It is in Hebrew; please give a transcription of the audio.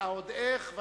ועוד איך.